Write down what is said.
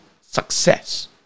success